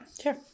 Sure